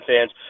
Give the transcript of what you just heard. fans